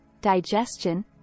digestion